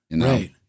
Right